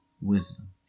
wisdom